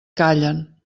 callen